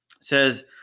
says